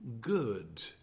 good